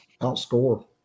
outscore